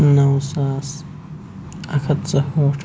نَو ساس اَکھ ہَتھ ژُ ہٲٹھ